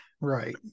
Right